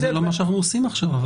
זה לא מה שאנחנו עושים עכשיו.